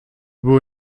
było